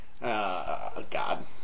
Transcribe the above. God